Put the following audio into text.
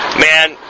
man